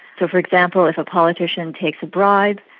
so for example if a politician takes a bribe,